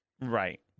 Right